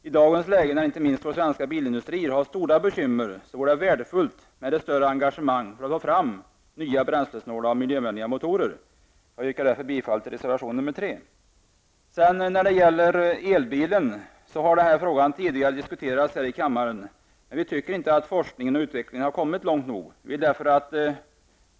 I dagens läge när inte minst vår svenska bilindustri har stora bekymmer vore det värdefullt med ett större engagemang för att man skall kunna få fram nya bränslesnåla och miljövänliga motorer. Jag yrkar därför bifall till reservation 3. Frågan om elbilen har tidigare diskuterats i kammaren. Vi tycker inte att forskningen och utvecklingen har kommit långt nog.